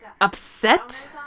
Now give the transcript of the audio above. Upset